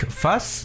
fuss